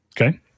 Okay